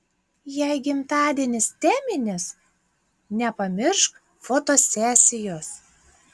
jei gimtadienis teminis nepamiršk fotosesijos